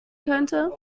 könnte